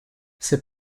ses